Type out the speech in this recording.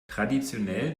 traditionell